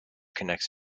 connects